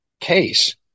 case